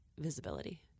visibility